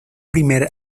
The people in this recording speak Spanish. primer